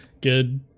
good